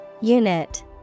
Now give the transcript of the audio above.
Unit